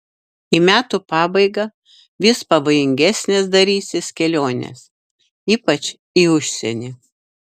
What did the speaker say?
į metų pabaigą vis pavojingesnės darysis kelionės ypač į užsienį